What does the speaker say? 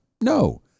No